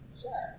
Sure